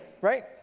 right